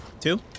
Two